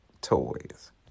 toys